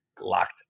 Locked